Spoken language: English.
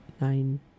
nine